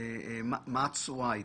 מה התשואה הייתה.